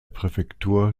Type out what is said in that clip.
präfektur